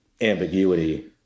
ambiguity